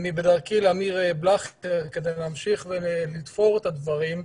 אני בדרכי לאמיר בלכר כדי להמשיך ולתפור את הדברים,